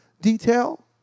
detail